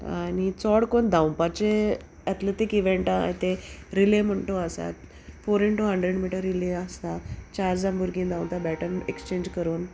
आनी चोड कोन्न धांवपाचे एथलेथीक इवँटा तें रिले म्हणटू आसात four into hundred metre relay आसता चार जाण भुरगीं धांवता बॅटन एक्सचेंज करून